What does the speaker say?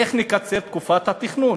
איך נקצר תקופת התכנון?